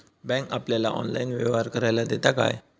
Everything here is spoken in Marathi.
बँक आपल्याला ऑनलाइन व्यवहार करायला देता काय?